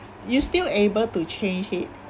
you still able to change it